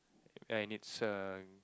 and it's a